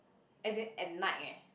as in as night eh